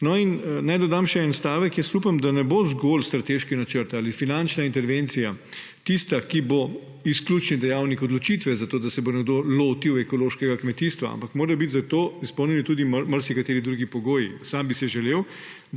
Naj dodam še en stavek. Upam, da ne bo zgolj strateški načrt ali finančna intervencija tista, ki bo izključni dejavnik odločitve za to, da se bo nekdo lotil ekološkega kmetijstva, ampak morajo biti za to izpolnjeni tudi marsikateri drugi pogoji. Sam bi si želel,